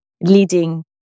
leading